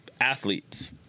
athletes